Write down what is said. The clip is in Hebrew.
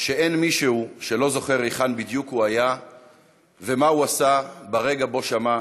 שאין מישהו שלא זוכר היכן בדיוק היה ומה עשה ברגע שבו שמע